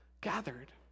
gathered